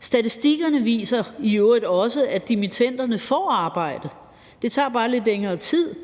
Statistikkerne viser jo i øvrigt også, at dimittenderne får arbejde, men det tager bare lidt længere tid.